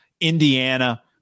Indiana